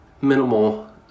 minimal